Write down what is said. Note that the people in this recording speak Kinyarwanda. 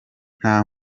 nta